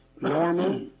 Normal